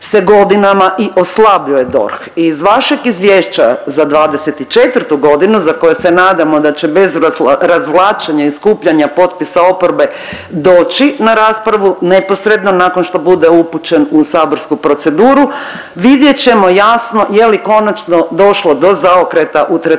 se godinama i oslabljuje DORH. Iz vašeg izvješća za '24.g. za koje se nadamo da će bez razvlačenja i skupljanja potpisa oporbe doći na raspravu neposredno nakon što bude upućen u saborsku proceduru, vidjet ćemo jasno je li konačno došlo do zaokreta u tretmanu